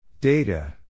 Data